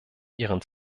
ihren